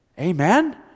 Amen